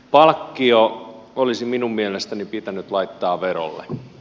palkkio olisi minun mielestäni pitänyt laittaa verolle